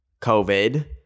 COVID